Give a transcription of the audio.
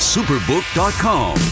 Superbook.com